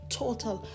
total